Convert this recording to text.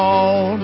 on